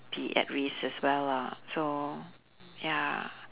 be at risk as well lah so ya